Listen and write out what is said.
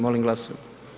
Molim glasujmo.